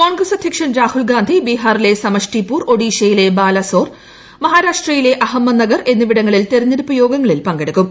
കോൺഗ്രസ് അധ്യക്ഷൻ രാഹുൽഗാന്ധി ബീഹാറിലെ സമഷ്ടിപൂർ ഒഡീഷയിലെ ബാലസോർ മഹാരാഷ്ട്രയിലെ അഹമ്മദ്നഗർ എന്നിവിടങ്ങളിൽ തിരഞ്ഞെടുപ്പ് യോഗങ്ങളിൽ പങ്കെടുക്കും